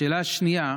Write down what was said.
השאלה השנייה: